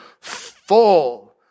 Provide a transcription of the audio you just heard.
full